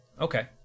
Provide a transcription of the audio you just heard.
Okay